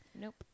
Nope